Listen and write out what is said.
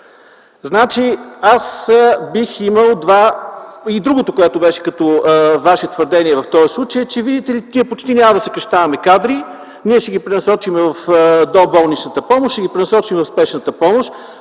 лекуват в Дания. И другото, което беше като Ваше твърдение в този случай, че, видите ли, ние почти няма да съкращаваме кадри, ние ще ги пренасочим в доболничната помощ, ще ги пренасочим в Спешната помощ.